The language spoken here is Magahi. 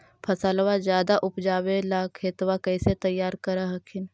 फसलबा ज्यादा उपजाबे ला खेतबा कैसे तैयार कर हखिन?